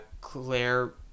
Claire